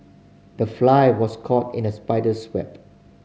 the fly was caught in the spider's web